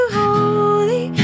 holy